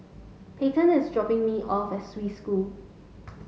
Peyton is dropping me off at Swiss School